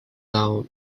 down